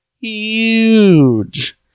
huge